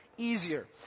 easier